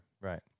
right